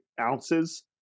ounces